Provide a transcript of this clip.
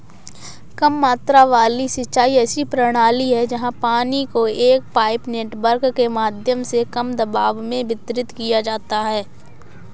कम मात्रा वाली सिंचाई ऐसी प्रणाली है जहाँ पानी को एक पाइप नेटवर्क के माध्यम से कम दबाव में वितरित किया जाता है